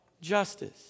Justice